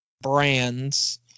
brands